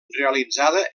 realitzada